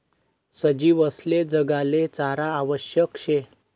सजीवसले जगाले चारा आवश्यक शे